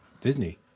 Disney